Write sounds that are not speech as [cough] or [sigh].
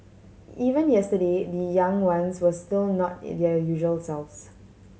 even yesterday the young ones were still not [hesitation] their usual selves